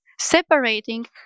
separating